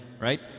right